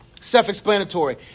Self-explanatory